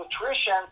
nutrition